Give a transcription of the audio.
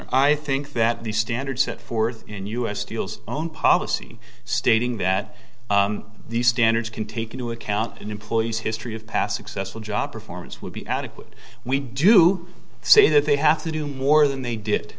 or i think that the standards set forth in u s steel's own policy stating that these standards can take into account an employee's history of pass excessive job performance would be adequate we do say that they have to do more than they did